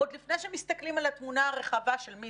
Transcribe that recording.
עוד לפני שמסתכלים על התמונה הרחבה של מי